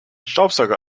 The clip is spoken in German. staubsauger